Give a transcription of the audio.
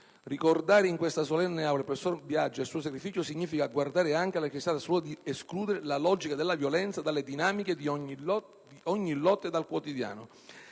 Ricordare in questa solenne aula il professor Biagi e il suo sacrificio, significa guardare anche alla necessità assoluta di escludere la logica della violenza dalle dinamiche di ogni lotta e dal quotidiano.